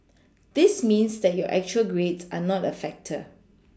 this means that your actual grades are not a factor